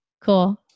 Cool